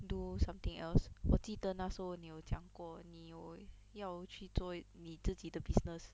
do something else 我记得那时候你有讲过你有要去做你自己的 business